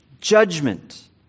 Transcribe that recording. Judgment